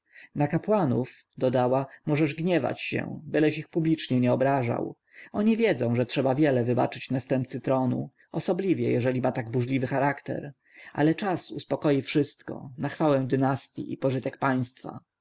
na kapłanów dodała możesz gniewać się byleś ich publicznie nie obrażał oni wiedzą że trzeba wiele wybaczyć następcy tronu osobliwie jeżeli ma tak burzliwy charakter ale czas uspokoi wszystko na chwałę dynastji i pożytek państwu